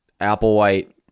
Applewhite